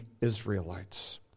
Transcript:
Israelites